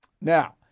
Now